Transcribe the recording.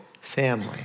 family